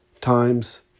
times